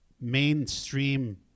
mainstream